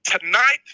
tonight